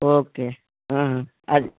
okay అది